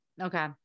Okay